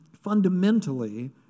fundamentally